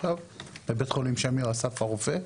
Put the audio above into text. עכשיו מבית חולים אסף הרופא,